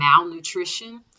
malnutrition